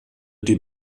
die